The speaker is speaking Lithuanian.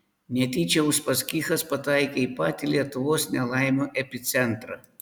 netyčia uspaskichas pataikė į patį lietuvos nelaimių epicentrą